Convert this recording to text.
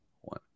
one